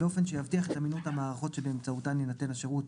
באופן שיבטיח את אמינות המערכות שבאמצעותן יינתן השירות